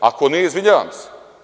Ako nije, izvinjavam se.